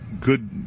good